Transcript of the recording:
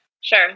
Sure